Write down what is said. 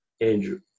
Andrew